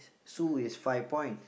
Sue is five point